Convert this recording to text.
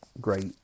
great